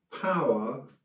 power